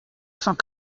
cent